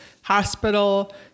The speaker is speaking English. hospital